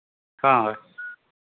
ᱦᱳᱭ